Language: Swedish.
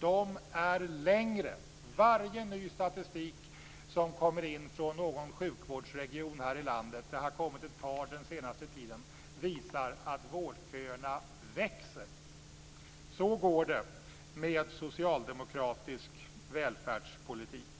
De är längre. Varje ny statistik som kommer in från någon sjukvårdsregion i landet, det har kommit ett par den senaste tiden, visar att vårdköerna växer. Så går det med socialdemokratisk välfärdspolitik.